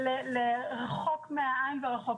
אנחנו יודעים כי ראינו את זה גם במחקרים ולורה תרחיב,